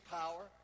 power